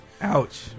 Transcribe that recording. Ouch